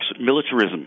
militarism